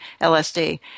LSD